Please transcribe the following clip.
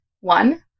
one